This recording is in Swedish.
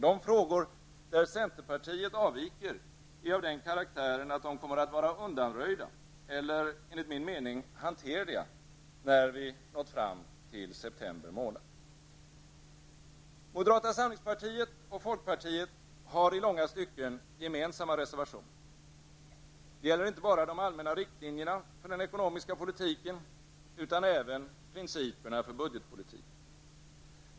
De frågor där centerpartiet avviker är av den karaktären att de kommer att vara undanröjda eller enligt min mening hanterliga när vi har nått fram till september månad. Moderata samlingspartiet och folkpartiet har i långa stycken gemensamma reservationer. Det gäller inte bara de allmänna riktlinjerna för den ekonomiska politiken utan även principerna för budgetpolitiken.